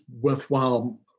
worthwhile